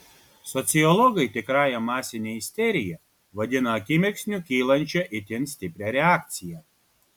sociologai tikrąja masine isterija vadina akimirksniu kylančią itin stiprią reakciją